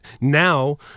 Now